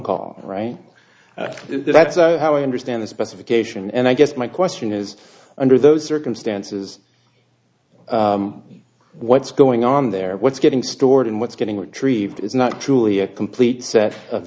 call right that's how i understand the specification and i guess my question is under those circumstances what's going on there what's getting stored and what's getting retrieved is not truly a complete set of